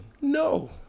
No